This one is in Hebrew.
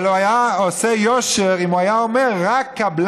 אבל הוא היה עושה יושר אם הוא היה אומר: רק קבלן